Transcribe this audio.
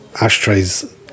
ashtrays